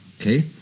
Okay